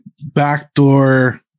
backdoor